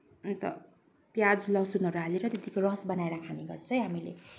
अन्त प्याज लसुनहरू हालेर त्यो त्यसको रस बनाएर खाने गर्छ है हामीले